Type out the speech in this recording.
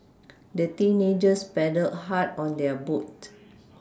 the teenagers paddled hard on their boat